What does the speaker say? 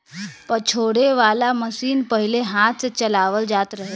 पछोरे वाला मशीन पहिले हाथ से चलावल जात रहे